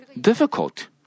difficult